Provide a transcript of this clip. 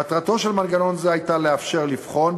מטרתו של מנגנון זה הייתה לאפשר לבחון,